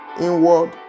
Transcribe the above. inward